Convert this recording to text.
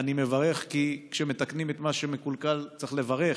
אני מברך, כי כשמתקנים את מה שמקולקל צריך לברך.